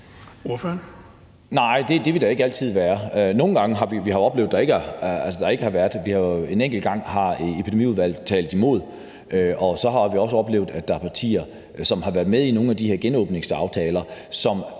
at der ikke har været det; en enkelt gang har Epidemiudvalget talt imod. Og så har vi også oplevet, at der er partier, som har været med i nogle